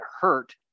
hurt